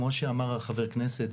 כמו שאמר חבר כנסת,